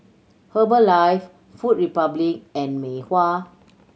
Herbalife Food Republic and Mei Hua